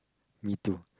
me too